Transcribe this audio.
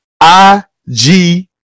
I-G